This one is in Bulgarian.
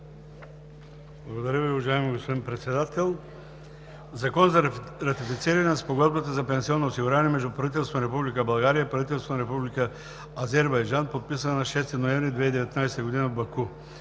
Благодаря, уважаеми господин Председател. „ЗАКОН за ратифициране на Спогодбата за пенсионно осигуряване между правителството на Република България и правителството на Република Азербайджан, подписана на 6 ноември 2019 г. в Баку.